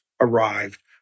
arrived